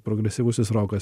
progresyvusis rokas